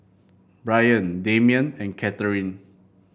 Bryan Damian and Katharine